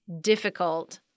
difficult